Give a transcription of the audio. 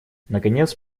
наконец